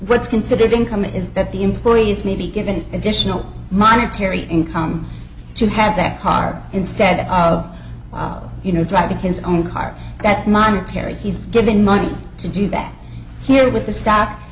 what's considered income is that the employees may be given additional monetary income to have that car instead of well you know driving his own car that's monetary he's given money to do that here with the stock